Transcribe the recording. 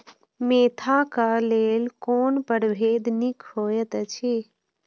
Mentha क लेल कोन परभेद निक होयत अछि?